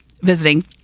visiting